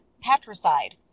patricide